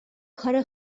کار